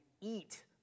eat